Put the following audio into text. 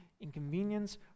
inconvenience